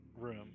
room